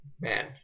man